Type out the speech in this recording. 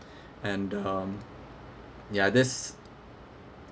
and um ya this